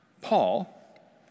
Paul